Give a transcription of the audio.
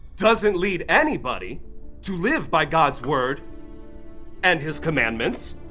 doesn't lead anybody to live by god's word and his commandments,